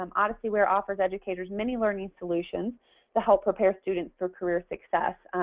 um odysseyware offers educators many learning solutions to help prepare students for career success.